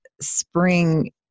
spring